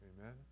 Amen